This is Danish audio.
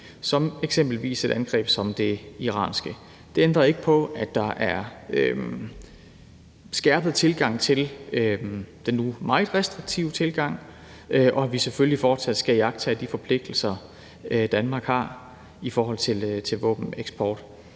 som eksempelvis et angreb som det iranske. Det ændrer ikke på, at der er skærpet tilgang til den nu meget restriktive tilgang, og at vi selvfølgelig fortsat skal iagttage de forpligtelser, Danmark har, i forhold til våbeneksport.